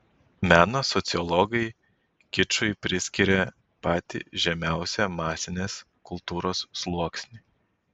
meno sociologai kičui priskiria patį žemiausią masinės kultūros sluoksnį